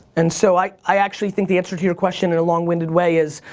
and so i i actually think the answer to your question in a long-winded way is